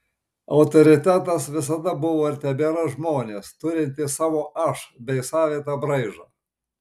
autoritetas visada buvo ir tebėra žmonės turintys savo aš bei savitą braižą